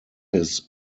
his